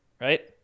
Right